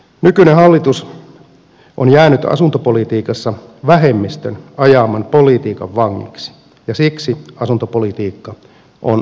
nykyinen hallitus on jäänyt asuntopolitiikassa vähemmistön ajaman politiikan vangiksi ja siksi asuntopolitiikka on epäonnistunut